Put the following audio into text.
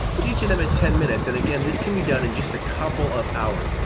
but each of them has ten minutes. and again, this can be done in just a couple of hours.